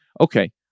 okay